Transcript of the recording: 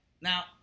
Now